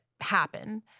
happen